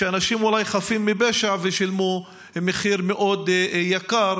ואולי אנשים חפים מפשע שילמו מחיר מאוד יקר